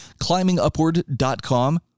ClimbingUpward.com